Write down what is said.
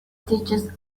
teaches